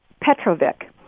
Petrovic